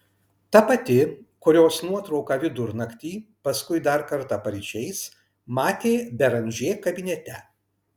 ta pati kurios nuotrauką vidurnaktį paskui dar kartą paryčiais matė beranžė kabinete